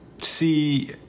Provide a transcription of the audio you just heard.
see